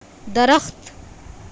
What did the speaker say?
درخت